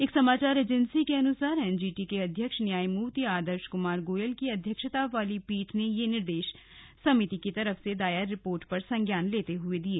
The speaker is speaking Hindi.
एक समाचार एजेंसी के अनुसार एनजीटी के अध्यक्ष न्यायमूर्ति आदर्श कुमार गोयल की अध्यक्षता वाली पीठ ने यह निर्देश समिति की तरफ से दायर रिपोर्ट का संज्ञान लेते हुए दिए